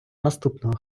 наступного